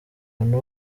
bantu